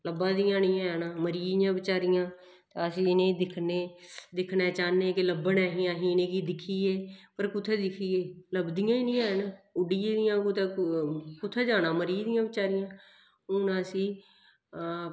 लब्भा दियां गै निं हैन मरी गेइयां बचैरियां अस इ'नेंगी दिक्खने दिक्खना चाह्न्ने कि लब्भन अस इ'नेंगी दिक्खिये पर कु'त्थें दिक्खिये लभदियां गै निं हैन उड्डी गेदियां कुदै कु'त्थें जाना मरी गेदियां बचैरियां हून असीं